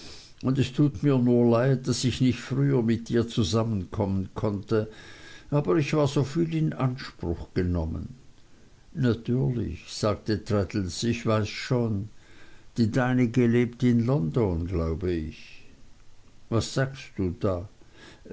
und es tut mir nur leid daß ich nicht früher mit dir zusammenkommen konnte aber ich war soviel in anspruch genommen natürlich sagte traddles ich weiß schon die deinige lebt in london glaube ich was sagst du da